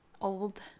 old